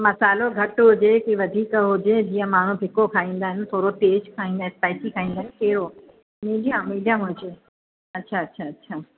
मसालो घटि हुजे की वधीक हुजे जीअं माण्हू फिको खाईंदा आहिनि थोरो तेज खाईंदा आहिनि स्पाइसी खाईंदा आहिनि कहिड़ो मीडियम मीडियम हुजे अच्छा अच्छा अच्छा